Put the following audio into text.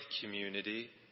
community